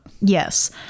Yes